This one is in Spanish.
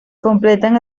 completan